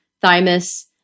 thymus